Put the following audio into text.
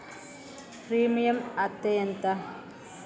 Premium అత్తే ఎంత?